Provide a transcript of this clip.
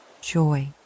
joy